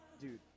dude